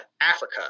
africa